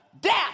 death